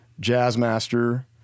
Jazzmaster